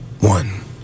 One